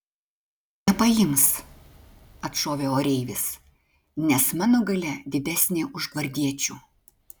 nepaims atšovė oreivis nes mano galia didesnė už gvardiečių